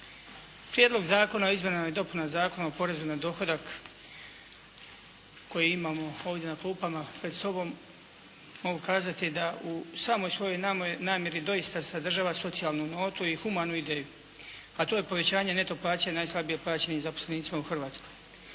Prijedlog zakona o izmjenama i dopunama Zakona o porezu na dohodak koji imamo ovdje na klupama pred sobom mogu kazati da u samoj svojoj namjeri doista sadržava socijalnu notu i humanu ideju a to je povećanje neto plaće najslabije plaćenim zaposlenicima u Hrvatskoj.